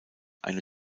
eine